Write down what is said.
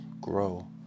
grow